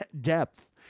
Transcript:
depth